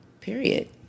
Period